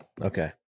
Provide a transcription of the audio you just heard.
Okay